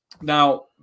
Now